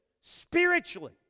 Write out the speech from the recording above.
spiritually